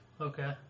Okay